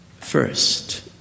first